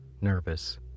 nervous